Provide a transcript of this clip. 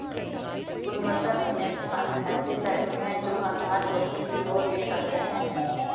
गुणवत्ता समय स्थान ऐसे पहलू हैं जो आधार जोखिम की ओर ले जाते हैं